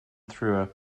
through